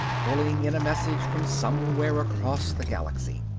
pulling in a message from somewhere across the galaxy.